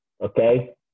Okay